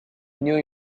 new